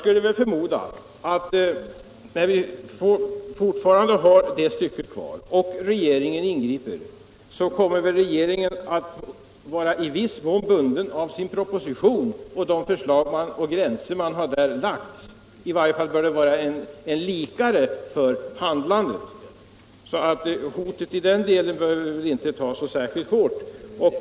Men då vi fortfarande har det stycket kvar och regeringen ingriper, förmodar jag att regeringen i viss mån kommer att vara bunden av sin proposition och av de förslag och gränser som där har angivits. I varje fall bör det vara en likare för handlandet. Därför behöver vi väl inte ta hotet på den punkten så särskilt hårt.